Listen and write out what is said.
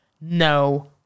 no